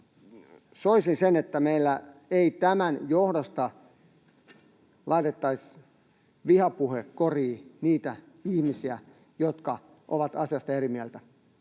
soisin sen, että meillä ei tämän johdosta laitettaisi vihapuhekoriin niitä ihmisiä, jotka ovat asiasta eri mieltä.